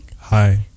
Hi